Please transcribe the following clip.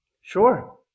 Sure